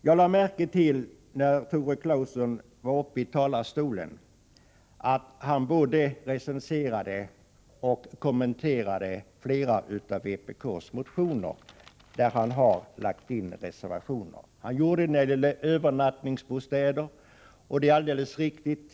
Jag lade märke till att Tore Claeson när han var uppe i talarstolen både recenserade och kommenterade flera av vpk:s motioner där han har lagt in reservation. Han gjorde det t.ex. när det gäller övernattningsbostäder. Det är alldeles riktigt.